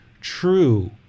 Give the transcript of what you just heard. true